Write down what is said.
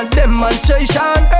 demonstration